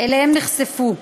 שאליהם נחשפו.